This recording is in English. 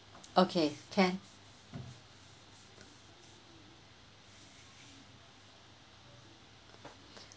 okay can